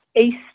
east